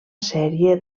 sèrie